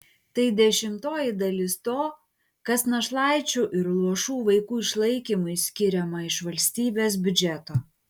tai dešimtoji dalis to kas našlaičių ir luošų vaikų išlaikymui skiriama iš valstybės biudžeto